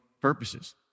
purposes